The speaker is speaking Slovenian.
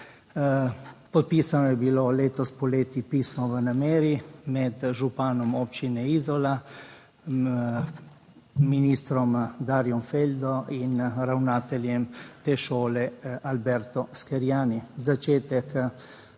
Podpisano je bilo letos poleti pismo o nameri med županom občine Izola ministrom Darjom Feldo in ravnateljem te šole Alberto Scheriani. Začetek